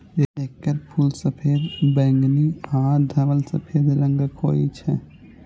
एकर फूल सफेद, बैंगनी आ धवल सफेद रंगक होइ छै